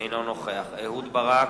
אינו נוכח אהוד ברק,